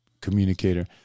communicator